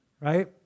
right